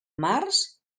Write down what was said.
març